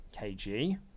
Kg